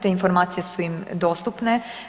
Te informacije su im dostupne.